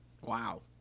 Wow